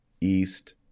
east